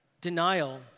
denial